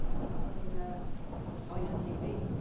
you know, i mean ah i saw you on tv,